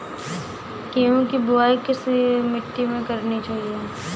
गेहूँ की बुवाई किस मिट्टी में करनी चाहिए?